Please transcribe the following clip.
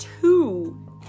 two